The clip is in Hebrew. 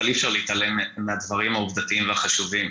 אבל אי אפשר להתעלם מהדברים העובדתיים והחשובים.